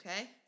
Okay